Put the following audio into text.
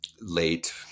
late